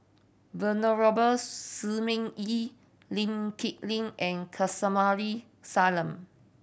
Venerable Shi Ming Yi Lee Kip Lin and Kamsari Salam